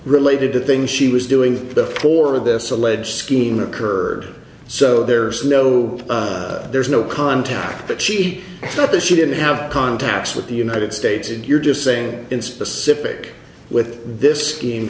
related to things she was doing before this alleged scheme occurred so there's no there's no contact that she got that she didn't have contacts with the united states and you're just saying in specific with this